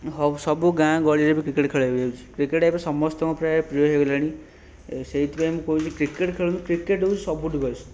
ହେଉ ସବୁ ଗାଁ ଗହଳିରେ ବି କ୍ରିକେଟ୍ ଖେଳାଯାଉଛି କ୍ରିକେଟ୍ ଏବେ ସମସ୍ତଙ୍କର ପ୍ରାୟ ପ୍ରିୟ ହେଇଗଲାଣି ସେଇଥିପାଇଁ ମୁଁ କହୁଛି କ୍ରିକେଟ୍ ଖେଳନ୍ତୁ କ୍ରିକେଟ୍ ହେଉଛି ସବୁଠୁ ବେଷ୍ଟ